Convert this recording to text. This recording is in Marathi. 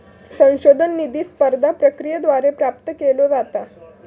संशोधन निधी स्पर्धा प्रक्रियेद्वारे प्राप्त केलो जाता